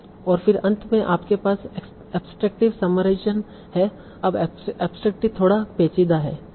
और फिर अंत में आपके पास एब्सट्रेकटिव समराइजेशन है अब एब्सट्रेकटिव थोड़ा पेचीदा है